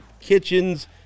kitchens